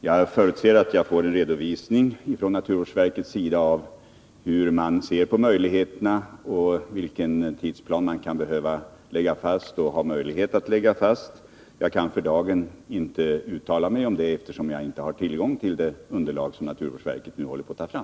Herr talman! Som jag har nämnt i mitt svar pågår detta arbete, och jag förutser att jag skall få en redovisning från naturvårdsverkets sida av vilken tidsplan man kan behöva lägga fast och vilka möjligheter till åtgärder som föreligger. Jag kan för dagen inte uttala mig om det, eftersom jag inte har tillgång till det underlag som naturvårdsverket håller på att ta fram.